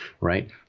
right